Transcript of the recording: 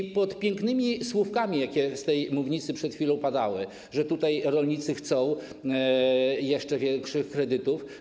I pod pięknymi słówkami, jakie z tej mównicy przed chwilą padały, że rolnicy chcą jeszcze większych kredytów.